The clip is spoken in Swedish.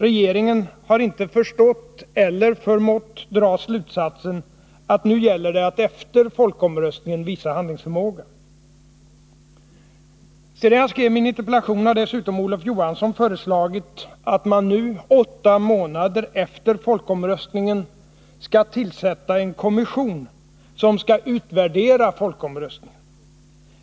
Regeringen har inte förstått eller förmått dra slutsatsen att nu gäller det att efter folkomröstningen visa handlingsförmåga. Sedan jag skrev min interpellation har dessutom Olof Johansson föreslagit att man nu — åtta månader efter folkomröstningen — skall tillsätta en kommission som skall utvärdera folkomröstningen.